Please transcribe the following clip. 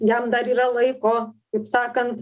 jam dar yra laiko kaip sakant